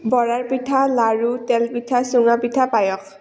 বৰাৰ পিঠা লাড়ু তেলপিঠা চুঙাপিঠা পায়স